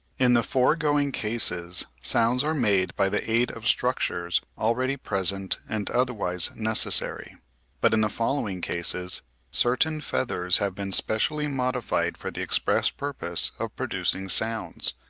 in the foregoing cases sounds are made by the aid of structures already present and otherwise necessary but in the following cases certain feathers have been specially modified for the express purpose of producing sounds.